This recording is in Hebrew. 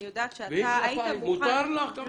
אני יודעת שאתה היית מוכן --- ואם כלפיי מותר לך גם כלפיי.